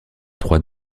trois